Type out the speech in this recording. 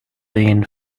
been